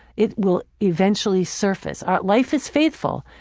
it will eventually surface. ah life is faithful.